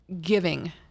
giving